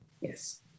Yes